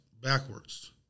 backwards